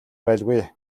байлгүй